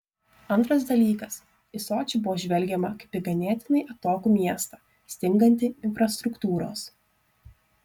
antras dalykas į sočį buvo žvelgiama kaip į ganėtinai atokų miestą stingantį infrastruktūros